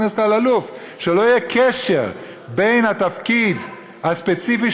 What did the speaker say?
חבר הכנסת אלאלוף: שלא יהיה קשר בין התפקיד הספציפי